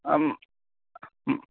आम्